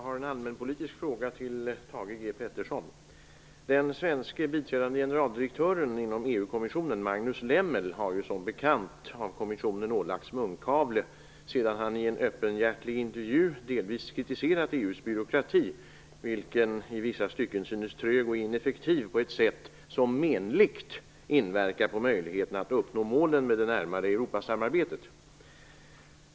Herr talman! Jag har en allmänpolitisk fråga till EU-kommissionen, Magnus Lemmel, har ju som bekant av kommissionen belagts med munkavle sedan han i en öppenhjärtig intervju delvis har kritiserat EU:s byråkrati, vilken i vissa stycken synes vara trög och ineffektiv på ett sätt som menligt inverkar på möjligheterna att uppnå målen med det närmare Europasamarbetet.